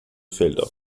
felder